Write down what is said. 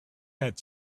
had